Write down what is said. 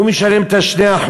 הוא משלם את ה-2%.